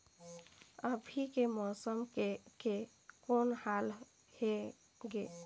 अभी के मौसम के कौन हाल हे ग?